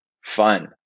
fun